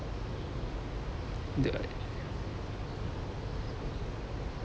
the